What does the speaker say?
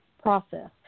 process